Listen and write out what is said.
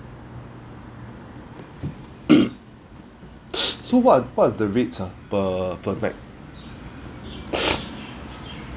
so what what's the rates ah per per pack